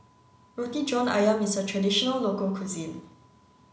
Roti John Ayam is a traditional local cuisine